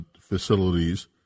facilities